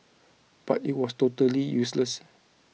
but it was totally useless